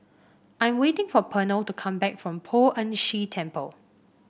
I'm waiting for Pernell to come back from Poh Ern Shih Temple